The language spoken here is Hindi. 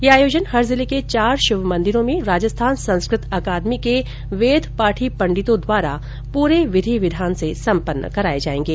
ये आयोजन हर जिले के चार शिव मंदिरों में राजस्थान संस्कृत अकादमी के वेदपाठी पण्डितों द्वारा पूरे विधि विधान से सम्पन्न कराये जाएंगे